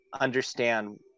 understand